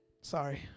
Sorry